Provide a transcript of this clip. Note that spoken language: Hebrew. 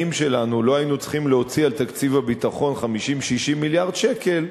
שלנו לא היינו צריכים להוציא על תקציב הביטחון 50 60 מיליארד שקל,